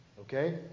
Okay